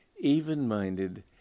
even-minded